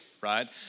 right